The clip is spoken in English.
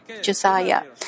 Josiah